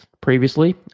previously